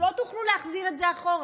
ולא תוכלו להחזיר את זה אחורה.